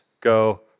go